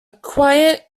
quiet